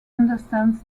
understands